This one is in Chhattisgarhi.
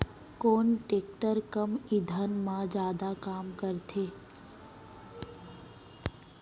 कोन टेकटर कम ईंधन मा जादा काम करथे?